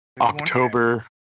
October